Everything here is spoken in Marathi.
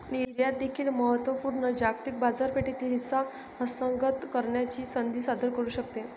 निर्यात देखील महत्त्व पूर्ण जागतिक बाजारपेठेतील हिस्सा हस्तगत करण्याची संधी सादर करू शकते